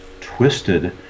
twisted